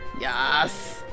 Yes